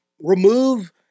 remove